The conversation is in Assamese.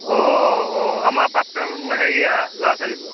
অঁ অঁ আমাৰ প্ৰাক্তন হেৰিয়াৰ ল'ৰা ছোৱালীবোৰ